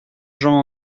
jean